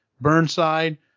Burnside